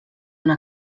una